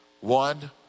One